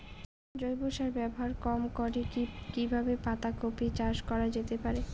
জৈব সার ব্যবহার কম করে কি কিভাবে পাতা কপি চাষ করা যেতে পারে?